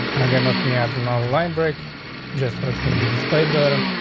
okay, let me have the line the line break just so it's gonna be displayed better.